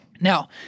Now